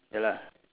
ya lah